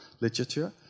literature